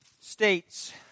states